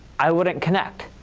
i wouldn't connect.